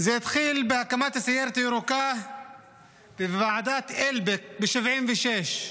זה התחיל בהקמת הסיירת הירוקה ובוועדת אלבק ב-1976.